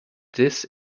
this